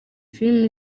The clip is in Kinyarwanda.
filimi